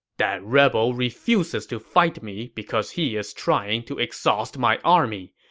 that rebel refuses to fight me because he is trying to exhaust my army.